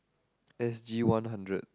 S_G one hundred